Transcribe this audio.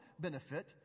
benefit